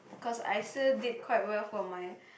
cause I still did quite well for my